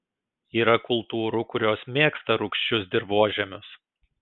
yra kultūrų kurios mėgsta rūgčius dirvožemius